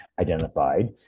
identified